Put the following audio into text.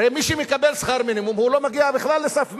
הרי מי שמקבל שכר מינימום לא מגיע בכלל לסף מס.